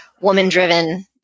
woman-driven